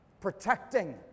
Protecting